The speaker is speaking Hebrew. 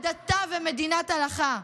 הדתה ומדינת הלכה.